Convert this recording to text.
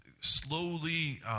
slowly